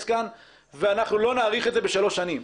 כאן ואנחנו לא נאריך את זה בשלוש שנים.